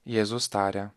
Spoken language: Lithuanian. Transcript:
jėzus tarė